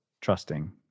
trusting